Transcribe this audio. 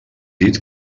dit